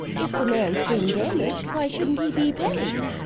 if the man's been damaged, why shouldn't he be paid?